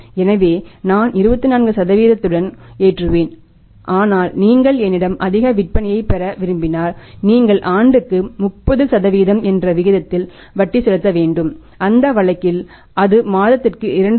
எனவே நான் 24 உடன் ஏற்றுவேன் ஆனால் நீங்கள் என்னிடம் அதிக விற்பனையைப் பெற விரும்பினால் நீங்கள் ஆண்டுக்கு 30 என்ற விகிதத்தில் வட்டிக்கு செலுத்த வேண்டும் அந்த வழக்கில் அது மாதத்திற்கு 2